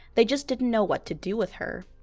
they just didn't know what to do with her.